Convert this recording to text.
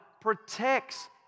protects